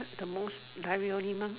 the most die real only mah